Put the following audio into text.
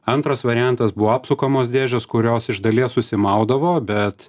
antras variantas buvo apsukamos dėžes kurios iš dalies užsimaudavo bet